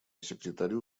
секретарю